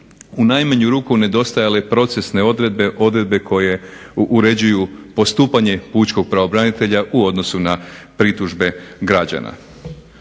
u najmanju ruku nedostajale procesne odredbe, odredbe koje uređuju postupanje pučkog pravobranitelja u odnosu na pritužbe građana.